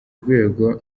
rwego